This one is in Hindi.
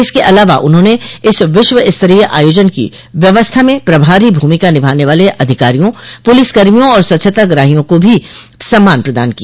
इसके अलावा उन्होंने इस विश्वस्तरीय आयोजन की व्यवस्था में प्रभारी भूमिका निभाने वाले अधिकारियों पुलिसकर्मियों और स्वच्छताग्रहियों को भी सम्मान प्रदान किया